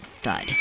thud